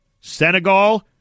Senegal